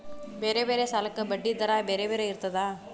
ಬೇರೆ ಬೇರೆ ಸಾಲಕ್ಕ ಬಡ್ಡಿ ದರಾ ಬೇರೆ ಬೇರೆ ಇರ್ತದಾ?